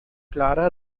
clara